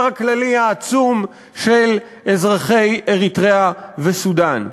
הכללי העצום של אזרחי אריתריאה וסודאן.